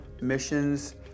missions